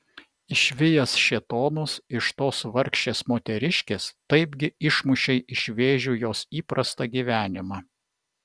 išvijęs šėtonus iš tos vargšės moteriškės taipgi išmušei iš vėžių jos įprastą gyvenimą